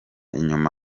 inyuma